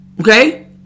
Okay